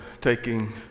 taking